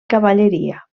cavalleria